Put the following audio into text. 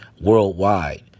worldwide